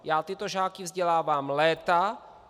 Já tyto žáky vzdělávám léta.